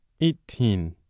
eighteen